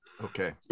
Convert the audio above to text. Okay